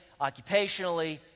occupationally